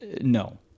No